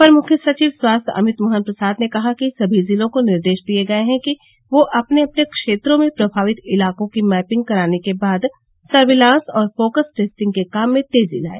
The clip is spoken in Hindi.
अपर मुख्य सचिव स्वास्थ्य अमित मोहन प्रसाद ने कहा कि सभी जिलों को निर्देश दिए गए हैं कि वह अपने अपने क्षेत्रों में प्रभावित इलाकों की मैपिंग कराने के बाद सर्विलांस और फोकस टेस्टिंग के काम में तेजी लाए